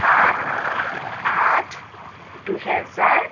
সাত আঠ দুহেজাৰ